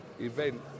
event